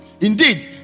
indeed